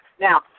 Now